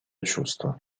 чувство